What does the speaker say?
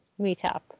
meetup